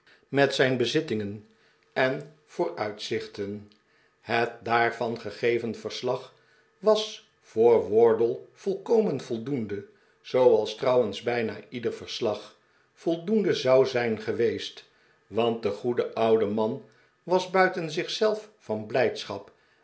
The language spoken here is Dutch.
met zijn bezittingen en vooruitzichten het daarvan gegeven verslag was voor wardle volkpmen voldoende zooals trpuwens bijna ieder verslag voldoende zou zijn geweest want de goede oude man was buiten zich zelf van blijdschap